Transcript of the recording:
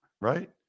Right